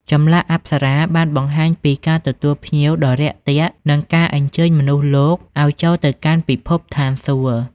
ចម្លាក់អប្សរាបានបង្ហាញពីការទទួលភ្ញៀវដ៏រាក់ទាក់ និងការអញ្ជើញមនុស្សលោកឲ្យចូលទៅកាន់ពិភពស្ថានសួគ៌។